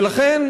ולכן,